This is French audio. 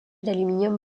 d’aluminium